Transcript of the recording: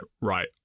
right